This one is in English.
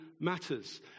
matters